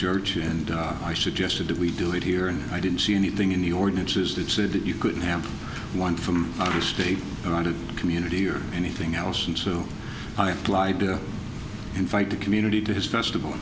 church and i suggested that we do it here and i didn't see anything in the ordinances that said that you could have one from the state or out of community or anything else and so i applied to invite the community to his festival